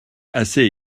assez